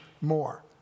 more